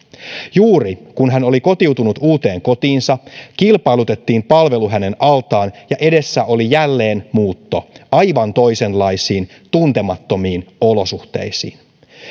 juuri kun hän oli kotiutunut uuteen kotiinsa kilpailutettiin palvelu hänen altaan ja edessä oli jälleen muutto aivan toisenlaisiin tuntemattomiin olosuhteisiin